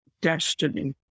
destiny